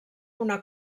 una